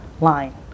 line